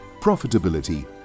profitability